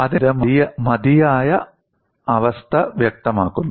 അതിനാൽ ഇത് മതിയായ അവസ്ഥ വ്യക്തമാക്കുന്നു